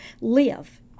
live